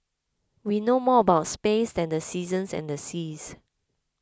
we know more about space than the seasons and the seas